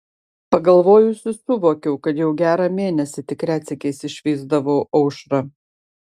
pagalvojusi suvokiau kad jau gerą mėnesį tik retsykiais išvysdavau aušrą